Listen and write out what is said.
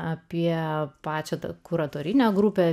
apie pačią takų rotorinę grupę